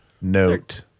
note